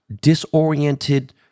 disoriented